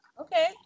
Okay